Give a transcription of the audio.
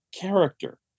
character